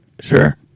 Sure